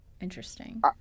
Interesting